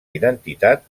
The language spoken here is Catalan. identitat